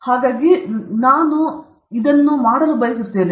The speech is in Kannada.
ಹಾಗಾಗಿ ನಾನು ಬರುತ್ತೇನೆ ನಾನು ನಿಮ್ಮನ್ನು ನೋಡಲು ಬಯಸುತ್ತೇನೆ